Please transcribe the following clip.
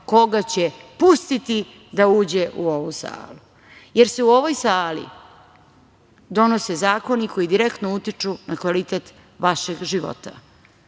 koga će pustiti da uđe u ovu salu, jer se u ovoj sali donose zakoni koji direktno utiču na kvalitet vašeg života. Zato